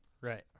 Right